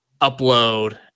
upload